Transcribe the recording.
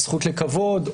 מהזכות לכבוד,